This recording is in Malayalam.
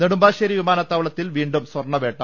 നെടുമ്പാശ്ശേരി വിമാനത്താവളത്തിൽ വീണ്ടും സ്വർണവേട്ട